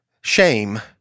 shame